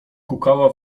kukała